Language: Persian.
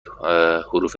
حروف